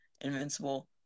Invincible